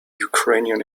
ukrainian